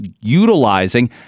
utilizing